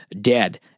dead